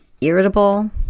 irritable